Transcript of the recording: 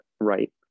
right